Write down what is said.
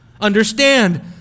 Understand